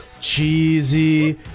cheesy